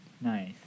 Nice